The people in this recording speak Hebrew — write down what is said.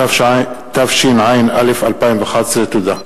התשע"א 2011. תודה.